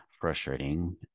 frustrating